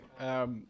Okay